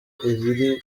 ibiri